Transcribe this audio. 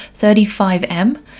35M